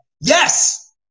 Yes